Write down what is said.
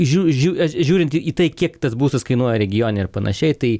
žiū žiū žiūrint į tai kiek tas būstas kainuoja regione ir panašiai tai